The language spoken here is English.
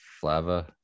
flava